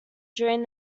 during